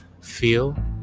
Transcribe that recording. feel